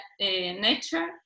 nature